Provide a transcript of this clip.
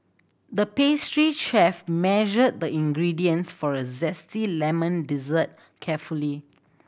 the pastry chef measured the ingredients for a zesty lemon dessert carefully